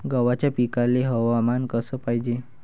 गव्हाच्या पिकाले हवामान कस पायजे?